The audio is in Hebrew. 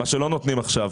מה שלא נותנים עכשיו.